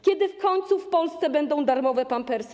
Kiedy w końcu w Polsce będą darmowe pampersy?